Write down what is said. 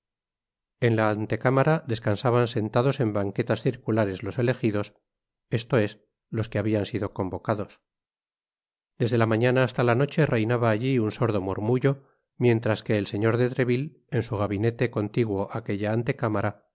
en la antecámara descansaban sentados en banquetas circulares los elegidos esto es los que habian sido convocados desde la mañana hasta la noche reinaba allí un sordo murmullo mientras que el señor de treville en su gabinete contiguo á aquella